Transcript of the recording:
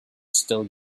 still